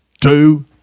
Two